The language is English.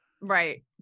Right